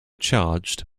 charged